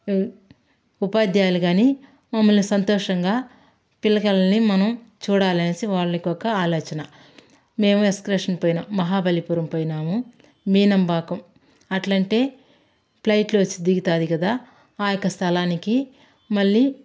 ఉపాధ్యాయులు కానీ మమ్మల్ని సంతోషంగా పిల్లకాయలని మనం చూడాలని వాళ్ళకి ఒక ఆలోచన మేం ఎక్స్కర్షన్ పోయినాం మహాబలిపురం పోయినాము మీనంబాకం అట్లాంటే ఫ్లైట్లో వచ్చి దిగుతుంది కదా ఆ యొక్క స్థలానికి మళ్ళీ